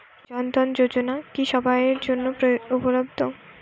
জন ধন যোজনা কি সবায়ের জন্য উপলব্ধ?